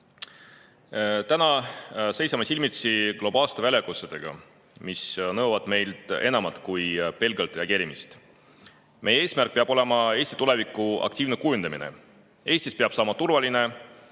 Täna seisame silmitsi globaalsete väljakutsetega, mis nõuavad meilt enamat kui pelgalt reageerimist. Meie eesmärk peab olema Eesti tuleviku aktiivne kujundamine. Eestist peab saama turvaline,